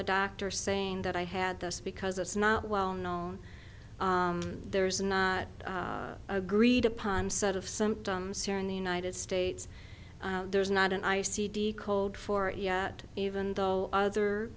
the doctor saying that i had this because it's not well known there's not agreed upon set of symptoms here in the united states there's not an i c d cold for it yet even though other